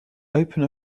open